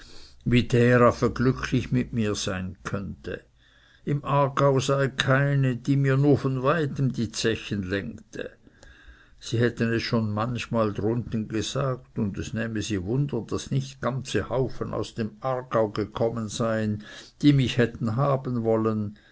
wie der afe glücklich mit mir sein könnte im ganzen aargau seie keine die mir nur von weitem die zechen längte sie hätten es schon manchmal drunten gesagt und es nähme sie wunder daß nicht ganze haufen aus dem aargau gekommen seien die mich hätten haben wollen